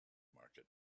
market